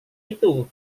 itu